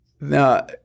now